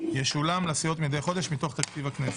ישולם לסיעות מדי חודש מתוך תקציב הכנסת.